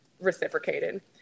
reciprocated